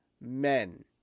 men